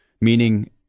meaning